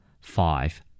five